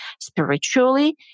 spiritually